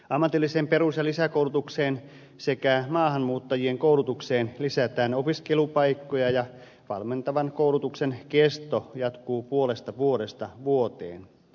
ammatilliseen perus ja lisäkoulutukseen sekä maahanmuuttajien koulutukseen lisätään opiskelupaikkoja ja valmentavan koulutuksen kesto jatkuu puolesta vuodesta vuoteen